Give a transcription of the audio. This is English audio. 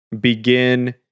begin